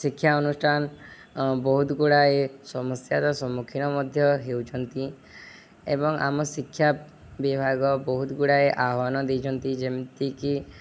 ଶିକ୍ଷା ଅନୁଷ୍ଠାନ ବହୁତ ଗୁଡ଼ାଏ ସମସ୍ୟାର ସମ୍ମୁଖୀନ ମଧ୍ୟ ହେଉଛନ୍ତି ଏବଂ ଆମ ଶିକ୍ଷା ବିଭାଗ ବହୁତ ଗୁଡ଼ାଏ ଆହ୍ୱାନ ଦେଇଛନ୍ତି ଯେମିତିକି